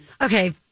Okay